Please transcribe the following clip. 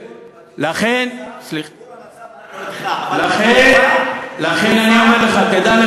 בתיאור המצב אנחנו אתך, אבל, לא זו התמונה.